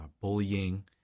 bullying